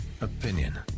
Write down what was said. opinion